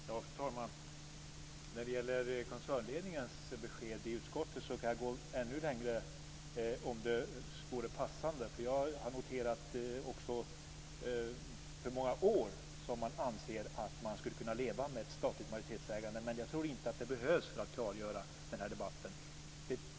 Fru talman! När det gäller koncernledningens besked i utskottet skulle jag kunna gå ännu längre, om det vore passande. Jag har också noterat hur många år som man anser att man skulle kunna leva med ett statligt majoritetsägande, men jag tror inte att det behövs för att klargöra den här debatten.